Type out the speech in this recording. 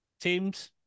teams